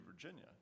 Virginia